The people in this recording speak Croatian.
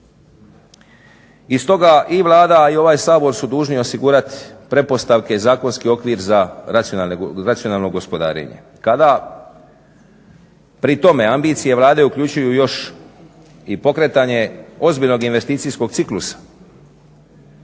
i stoga i Vlada, a i ovaj Sabor su dužni osigurati pretpostavke i zakonski okvir za racionalno gospodarenje. Kada pri tome ambicije Vlade uključuju još i pokretanje ozbiljnog investicijskog ciklusa